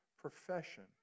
profession